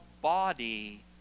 body